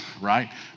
right